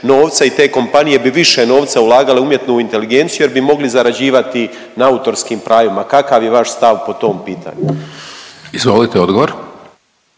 i te kompanije bi više novca ulagale u umjetnu inteligenciju, jer bi mogli zarađivati na autorskim pravima. Kakav je vaš stav po tom pitanju? **Hajdaš